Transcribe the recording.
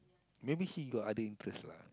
maybe he got other interest lah